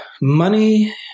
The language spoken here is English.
money